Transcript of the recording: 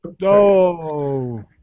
No